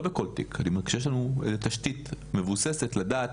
לא בכל תיק, כאילו כשיש לנו תשתית מבוססת לדעת.